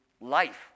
life